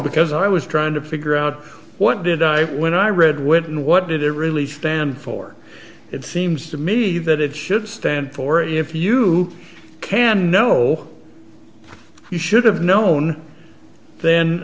because i was trying to figure out what did i when i read when what did it really stand for it seems to me that it should stand for if you can no you should've known th